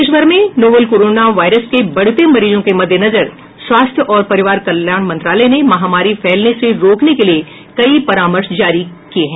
देशभर में novel corona virus के बढ़ते मरीजों के मद्देनजर स्वास्थ्य और परिवार कल्याण मंत्रालय ने महामारी फैलने से रोकने के लिए कई परामर्श जारी किए हैं